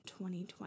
2020